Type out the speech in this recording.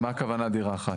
מה הכוונה דירה אחת?